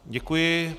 Děkuji.